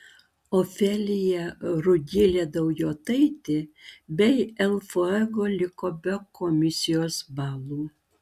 ofelija rugilė daujotaitė bei el fuego liko be komisijos balų